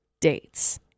dates